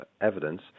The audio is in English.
evidence